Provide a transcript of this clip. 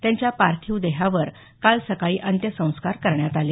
त्यांच्या पार्थिव देहावर काल सकाळी अंत्यसंस्कार करण्यात आले